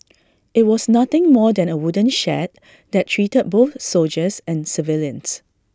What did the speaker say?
IT was nothing more than A wooden shed that treated both soldiers and civilians